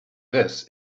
this